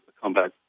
comeback